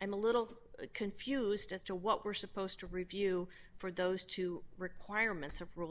a little confused as to what we're supposed to review for those two requirements of rule